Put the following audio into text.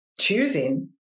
choosing